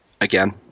again